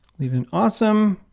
leaving awesome.